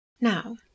Now